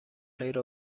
خیر